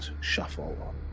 shuffle